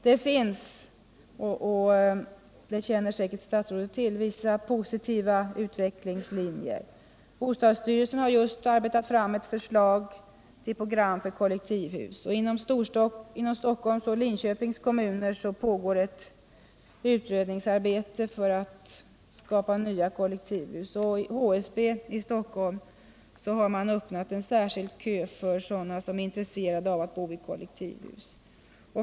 Det finns dock, och det känner statsrådet säkert till, vissa positiva utvecklingslinjer. Bostadsstyrelsen har just arbetat fram förslag till program för kollektivhus. Inom Stockholms och Linköpings kommuner pågår utredningsarbete i syfte att bygga nya kollektivhus, och i HSB i Stockholm har man öppnat en särskild kö för dem som är intresserade av att bo i kollektivhus.